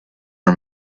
her